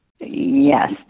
Yes